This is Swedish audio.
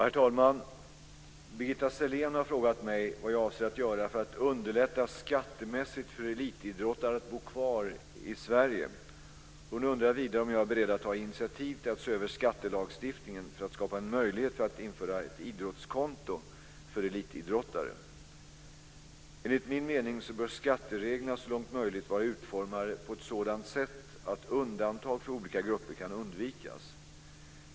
Fru talman! Birgitta Sellén har frågat mig vad jag avser att göra för att underlätta skattemässigt för elitidrottare att bo kvar i Sverige. Hon undrar vidare om jag är beredd att ta initiativ till att se över skattelagstiftningen för att skapa en möjlighet att införa ett idrottskonto för elitidrottare. Enligt min mening bör skattereglerna så långt möjligt vara utformade på ett sådant sätt att undantag för olika grupper kan undvikas.